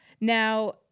now